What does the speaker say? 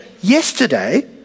Yesterday